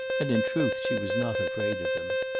and, in truth, she was not afraid of them.